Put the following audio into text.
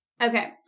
Okay